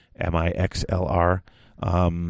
M-I-X-L-R